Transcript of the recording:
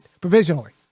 provisionally